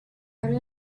early